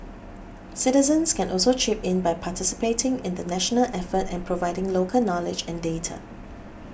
citizens can also chip in by participating in the national effort and providing local knowledge and data